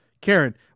Karen